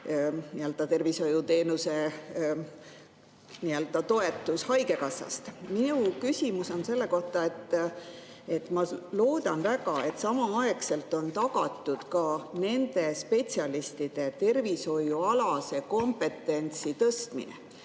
tervishoiuteenuse toetus haigekassast. Minu küsimus on selle kohta, et ma loodan väga, et samaaegselt on tagatud ka nende spetsialistide tervishoiualase kompetentsi tõstmine.